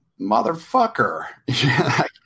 motherfucker